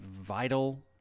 vital